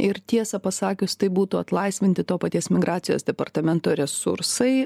ir tiesą pasakius tai būtų atlaisvinti to paties migracijos departamento resursai